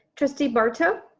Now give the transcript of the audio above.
trustee barto.